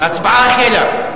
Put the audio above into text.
ההצבעה החלה.